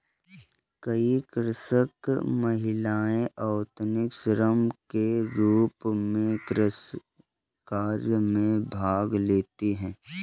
कई कृषक महिलाएं अवैतनिक श्रम के रूप में कृषि कार्य में भाग लेती हैं